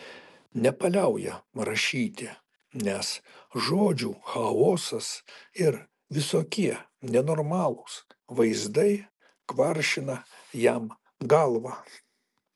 nepaliauja rašyti nes žodžių chaosas ir visokie nenormalūs vaizdai kvaršina jam galvą